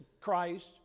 Christ